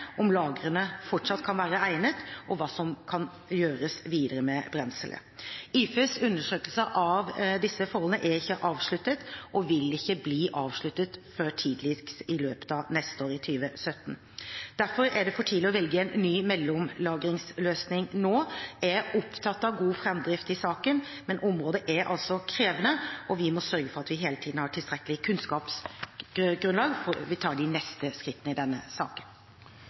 om lagrene fortsatt kan være egnet, og hva som kan gjøres videre med brenselet. IFEs undersøkelser av disse forholdene er ikke avsluttet og vil ikke bli avsluttet før tidligst i løpet av neste år, i 2017. Derfor er det for tidlig å velge en ny mellomlagringsløsning nå. Jeg er opptatt av god framdrift i saken, men området er altså krevende, og vi må sørge for at vi hele tiden har tilstrekkelig kunnskapsgrunnlag før vi tar de neste skrittene i denne saken.